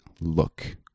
look